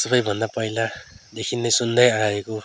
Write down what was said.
सबैभन्दा पहिलादेखि नै सुन्दै आएको